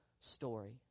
story